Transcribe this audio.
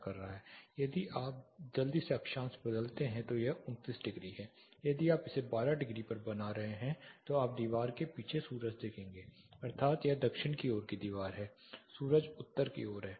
यदि आप जल्दी से अक्षांश बदलते हैं तो यह 29 डिग्री है यदि आप इसे 12 डिग्री पर बना रहे हैं तो आप दीवार के पीछे सूरज रखेंगे अर्थात यह दक्षिण की ओर की दीवार है सूरज उत्तर की ओर है